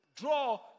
draw